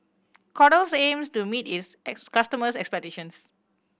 Kordel's aims to meet its customers' expectations